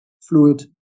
fluid